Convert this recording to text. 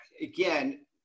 again